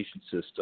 system